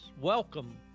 welcome